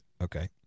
Okay